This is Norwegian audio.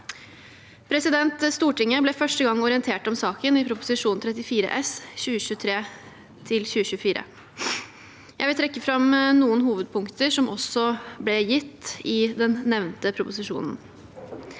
mars 2024. Stortinget ble første gang orientert om saken i Prop. 34 S for 2023–2024. Jeg vil trekke fram noen ho vedpunkter som også ble gitt i den nevnte proposisjonen.